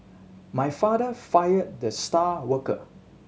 my father fired the star worker